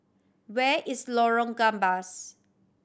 where is Lorong Gambas